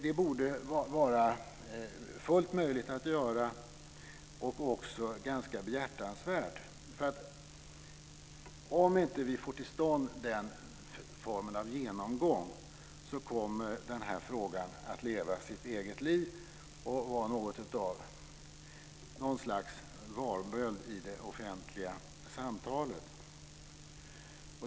Det borde vara fullt möjligt att göra detta, och även ganska behjärtansvärt. Om vi inte får till stånd denna form av genomgång så kommer nämligen den här frågan att leva sitt eget liv och bli något av en varböld i det offentliga samtalet.